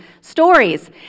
stories